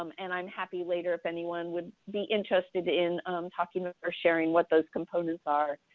um and i'm happy later if anyone would be interested in talking about or sharing what those components are.